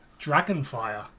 Dragonfire